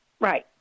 Right